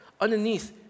underneath